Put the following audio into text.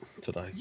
today